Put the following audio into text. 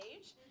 age